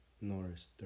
Norris